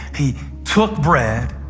he took bread,